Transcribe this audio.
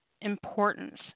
importance